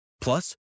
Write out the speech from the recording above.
Plus